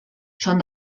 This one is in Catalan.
són